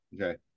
Okay